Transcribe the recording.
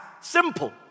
simple